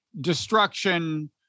destruction